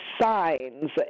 signs